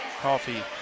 Coffee